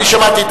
אני שמעתי את